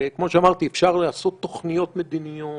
וכמו שאמרתי, אפשר לעשות תוכניות מדיניות